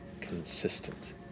consistent